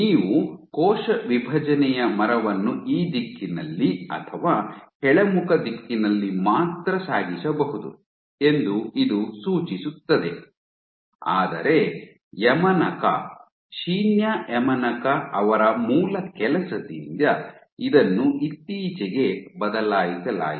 ನೀವು ಕೋಶ ವಿಭಜನೆಯ ಮರವನ್ನು ಈ ದಿಕ್ಕಿನಲ್ಲಿ ಅಥವಾ ಕೆಳಮುಖ ದಿಕ್ಕಿನಲ್ಲಿ ಮಾತ್ರ ಸಾಗಿಸಬಹುದು ಎಂದು ಇದು ಸೂಚಿಸುತ್ತದೆ ಆದರೆ ಯಮನಾಕಾ ಶಿನ್ಯಾ ಯಮನಾಕಾ ಅವರ ಮೂಲ ಕೆಲಸದಿಂದ ಇದನ್ನು ಇತ್ತೀಚೆಗೆ ಬದಲಾಯಿಸಲಾಗಿದೆ